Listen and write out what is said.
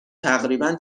تقریبا